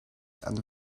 and